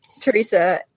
Teresa